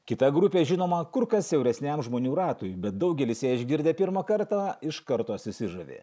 kita grupė žinoma kur kas siauresniam žmonių ratui bet daugelis ją išgirdę pirmą kartą iš karto susižavi